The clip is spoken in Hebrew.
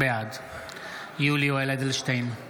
בעד יולי יואל אדלשטיין,